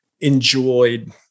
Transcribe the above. enjoyed